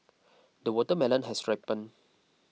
the watermelon has ripened